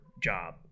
job